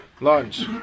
lunch